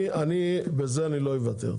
בזה אני לא אוותר.